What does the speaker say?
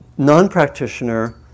Non-practitioner